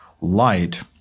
light